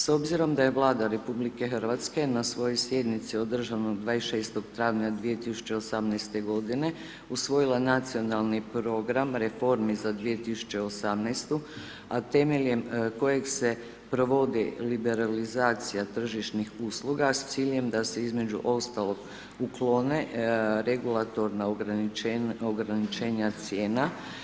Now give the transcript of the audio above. S obzirom da je Vlada RH na svojoj sjednici održanoj 26. travnja 2018.-te godine usvojila Nacionalni program reformi za 2018.-tu, a temeljem kojeg se provodi liberalizacija tržišnih usluga s ciljem da se, između ostalog, uklone regulatorna ograničenja cijena.